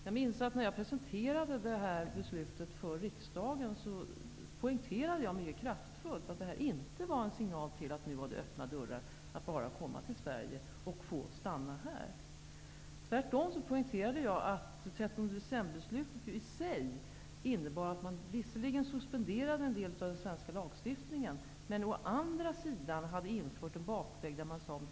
Jag minns att jag, när jag presenterade nämnda beslut för riksdagen, mycket kraftfullt poängterade att det inte var en signal om att det nu var öppna dörrar för att komma till Sverige och få stanna här. Tvärtom poängterade jag att 13 december-beslutet i sig visserligen innebar att en del av den svenska lagstiftningen suspenderades. Å andra sidan hade en bakväg införts.